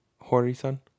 Hori-san